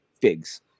figs